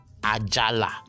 Ajala